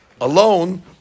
alone